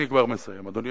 אני כבר מסיים, אדוני.